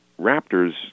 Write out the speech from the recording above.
raptors